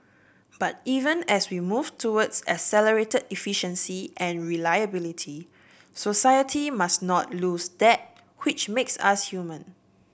but even as we move towards accelerated efficiency and reliability society must not lose that which makes us human